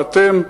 ואתם,